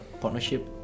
partnership